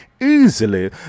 easily